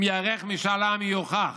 אם ייערך משאל עם, יוכיח